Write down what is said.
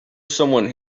someone